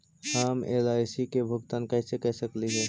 हम एल.आई.सी के भुगतान कैसे कर सकली हे?